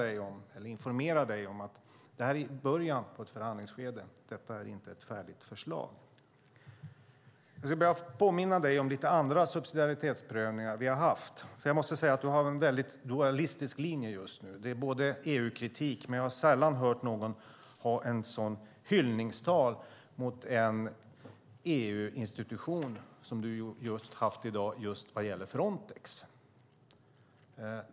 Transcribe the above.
Jag vill då informera dig om att vi är i början av ett förhandlingsskede. Detta är inte ett färdigt förslag. Jag ska påminna dig om några andra subsidiaritetsprövningar som vi har haft. Du har en väldigt dualistisk linje nu. Du kommer med EU-kritik samtidigt som du håller hyllningstal till en EU-institution, gränsövervakningssystemet Frontex.